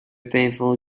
painful